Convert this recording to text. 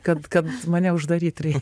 kad kad mane uždaryt reik